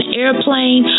airplane